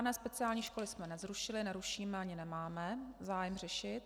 Žádné speciální školy jsme nezrušili, nerušíme ani nemáme zájem řešit.